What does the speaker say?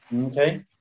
okay